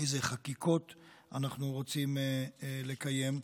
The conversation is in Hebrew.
איזה חקיקות אנחנו רוצים לקיים.